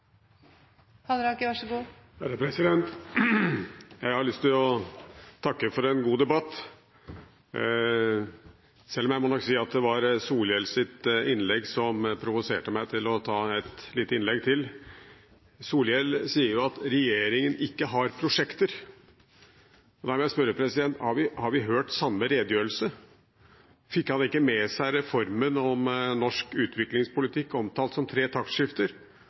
Jeg har lyst til å takke for en god debatt, selv om jeg må si at Solhjells innlegg provoserte meg til å ta et lite innlegg til. Solhjell sier jo at regjeringen ikke har prosjekter. Da må jeg spørre om vi har hørt samme redegjørelse. Fikk han ikke med seg reformen i norsk utviklingspolitikk, omtalt som tre